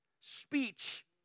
speech